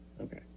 Okay